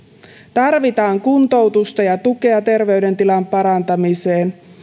tarvitaan kuntoutusta ja tukea terveydentilan parantamiseen